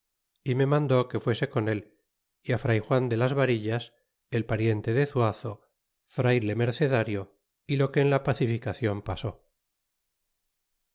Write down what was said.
y me mandó que fuese con él y fray juan de las varillas el pariente de zuazo frayle mercenario y lo que en la pacificacion pasó